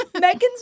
Megan's